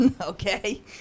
okay